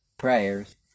Prayers